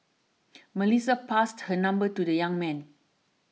Melissa passed her number to the young man